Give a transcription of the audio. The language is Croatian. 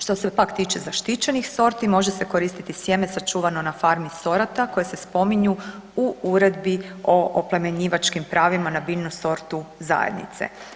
Što se pak tiče zaštićenih sorti, može se koristiti sjeme sačuvano na farmi sorata koje se spominju u uredbi o oplemenjivačkim pravima na biljnu sortu zajednice.